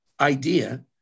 idea